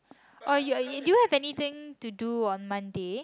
or you you do you have anything to do on Monday